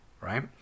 right